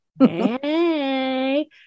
Hey